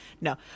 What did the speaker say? No